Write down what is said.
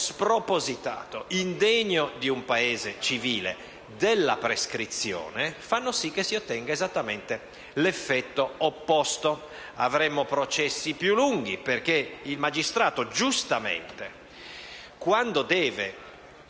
prescrizione, indegno di un Paese civile, fa sì che si ottenga esattamente l'effetto opposto. Avremo processi più lunghi perché il magistrato, giustamente, quando deve